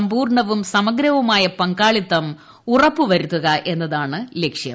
സമ്പൂർണവും സമഗ്രവുമായു പങ്കാളിത്തം ഉറപ്പ് വരുത്തുക എന്നതാണ് ലക്ഷ്യം